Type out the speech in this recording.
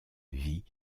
vie